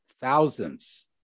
thousands